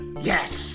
Yes